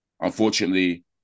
Unfortunately